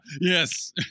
yes